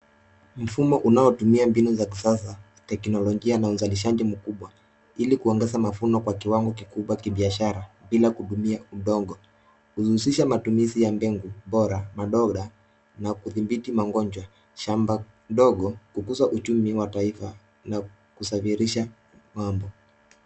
Mfumo unaotumia mbinu za kisasa, teknolojia na uzalishaji mkubwa ili kuongeza mavuno kwa kiwango kikubwa kibiashara bila kutumi udongo. Inahusisha matumizi ya mbegu bora, mabomba na kudhibiti magonjwa. Shamba ndogo, kukuza uchumi wa taifa na kusafirisha ng'ambo.